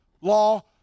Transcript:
law